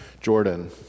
Jordan